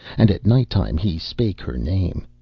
and at night-time he spake her name.